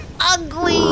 ugly